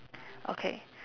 okay